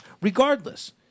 regardless